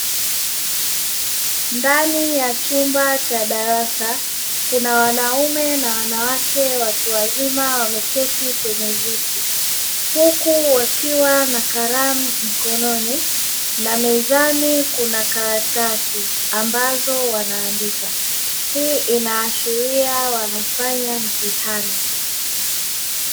Ndani ya chumba cha darasa kuna wanaume na wanawake watu wazima wameketi kwenye viti huku wakiwa na kalamu mkononi na mezani kuna karatasi ambazo wanaandika. Hii inaashiria wanafanya mitihani.